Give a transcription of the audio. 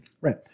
Right